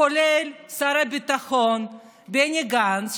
כולל שר הביטחון בני גנץ,